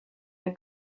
der